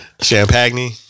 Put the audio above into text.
Champagne